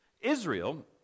Israel